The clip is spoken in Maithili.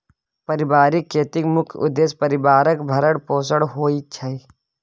परिबारिक खेतीक मुख्य उद्देश्य परिबारक भरण पोषण होइ छै